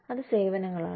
അത് സേവനങ്ങളാണ്